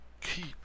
keep